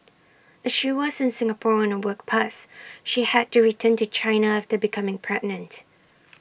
as she was in Singapore on A work pass she had to return to China after becoming pregnant